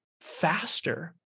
faster